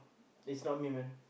is not me man